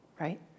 right